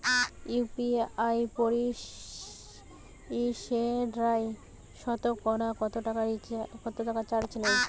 UPI পরিসেবায় সতকরা কতটাকা চার্জ নেয়?